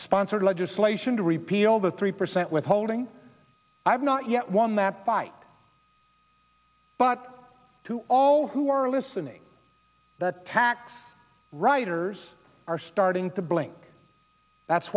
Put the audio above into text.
sponsored legislation to repeal the three percent withholding i have not yet won that fight but to all who are listening that tax writers are starting to blink that's